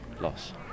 loss